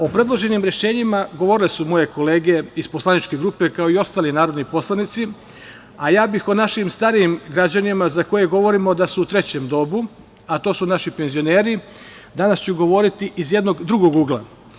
O predloženim rešenjima govorile su moje kolege iz poslaničke grupe, kao i ostali narodni poslanici, a ja bih o našim starijim građanima za koje govorimo da su u trećem dobu, a to su naši penzioneri, danas ću govoriti iz jednog drugog ugla.